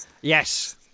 Yes